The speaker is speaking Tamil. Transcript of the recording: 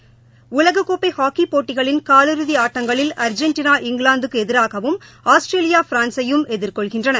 ஆடவர் உலகக்கோப்பைஹாக்கிப்போட்டிகளின் காலிறுதிஆட்டடங்களில் அர்ஜெண்டினர் இங்கிலாந்துக்குஎதிராகவும் ஆஸ்திரேலியா பிரான்சையும் எதிர்கொள்கின்றன